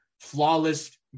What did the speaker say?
flawless